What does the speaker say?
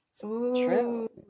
True